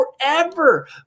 Forever